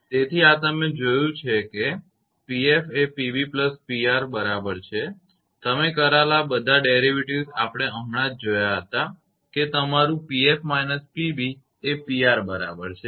તેથી આ તમે જોયું છે કે 𝑃𝑓 એ 𝑃𝑏𝑃𝑅 બરાબર છે તમે કરેલા બધા વ્યુત્પત્તિઓ આપણે હમણાં જ જોયા હતાં કે તમારું 𝑃𝑓−𝑃𝑏 એ 𝑃𝑅 બરાબર છે